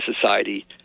society